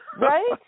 Right